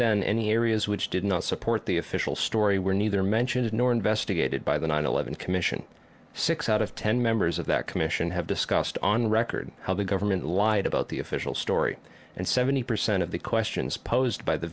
then any areas which did not support the official story were neither mentioned nor investigated by the nine eleven commission six out of ten members of that commission have discussed on the record how the government lied about the official story and seventy percent of the questions posed by the